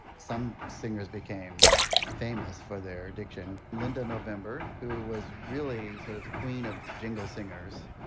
some singers became famous for their diction, linda november, who was really sort of the queen of jingle singers,